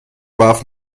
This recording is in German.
warf